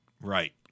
Right